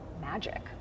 magic